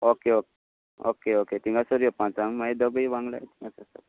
okay okay okay okay थिंगासोर यो पाचांक मागीर दोगूय वांगडा या